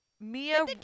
Mia